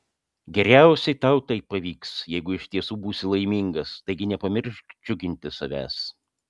geriausiai tau tai pavyks jeigu iš tiesų būsi laimingas taigi nepamiršk džiuginti savęs